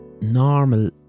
normal